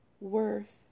worth